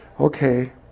okay